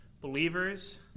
believers